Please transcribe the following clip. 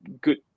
good